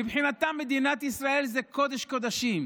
מבחינתם, מדינת ישראל זה קודש-קודשים,